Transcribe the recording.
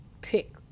pick